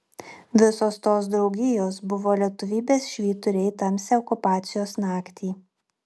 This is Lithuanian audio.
visos tos draugijos buvo lietuvybės švyturiai tamsią okupacijos naktį